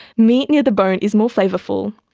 meat near the bone is more flavourful,